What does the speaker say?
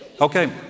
Okay